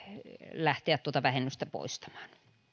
lähteä tuota vähennystä poistamaan